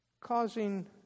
causing